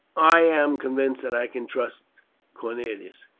i am convinced that i can trust cornelius.